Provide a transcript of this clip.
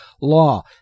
Law